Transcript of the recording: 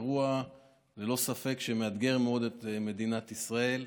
זה אירוע שללא ספק מאתגר מאוד את מדינת ישראל.